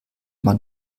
man